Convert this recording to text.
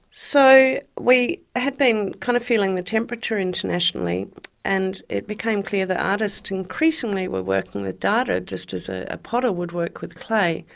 so we had been kind of feeling the temperature internationally and it became clear that artists increasingly were working with data, just as a potter would work with clay,